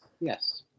Yes